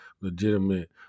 legitimate